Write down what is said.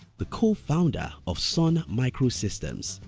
the co-founder of sun microsystems,